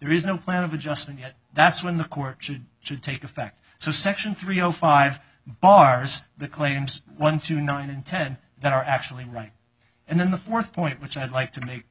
there is no plan of adjustment yet that's when the court should to take effect so section three o five bars the claims one to nine in ten that are actually right and then the fourth point which i'd like to make